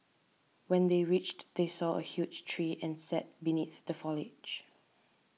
when they reached they saw a huge tree and sat beneath the foliage